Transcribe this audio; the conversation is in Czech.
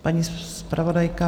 Paní zpravodajka?